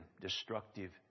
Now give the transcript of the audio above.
destructive